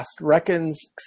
reckons